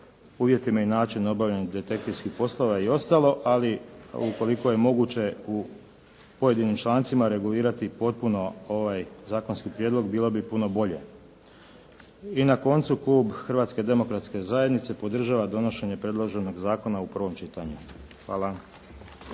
uvjetima i načinu obavljanja detektivskih poslova i ostalo, ali ukoliko je moguće u pojedinim člancima regulirati potpuno ovaj zakonski prijedlog, bilo bi puno bolje. I na koncu klub Hrvatske demokratske zajednice podržava donošenje predloženog zakona u prvom čitanju. Hvala.